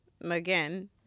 again